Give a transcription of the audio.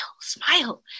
smile